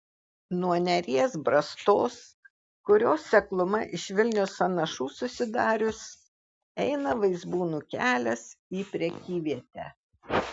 nuo neries brastos kurios sekluma iš vilnios sąnašų susidarius eina vaizbūnų kelias į prekyvietę